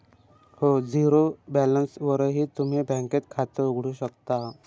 हो, झिरो बॅलन्सवरही तुम्ही बँकेत खातं उघडू शकता